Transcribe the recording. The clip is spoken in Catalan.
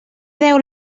déu